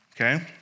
Okay